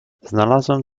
znalazłem